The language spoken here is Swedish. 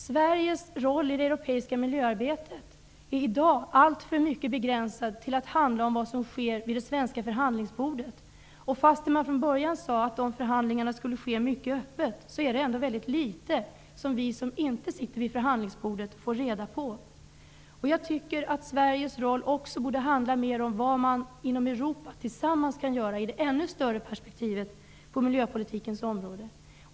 Sveriges roll i det europeiska miljöarbetet är i dag alltför mycket begränsat till att handla om vad som sker vid det svenska förhandlingsbordet. Trots att man från början sade att dessa förhandlingar skulle ske mycket öppet, är det väldigt litet som vi, som inte sitter vid förhandlingsbordet, får reda på. Sveriges roll borde också mer handla om vad man tillsammans inom Europa kan göra i det stora perspektivet på miljöpolitikens område.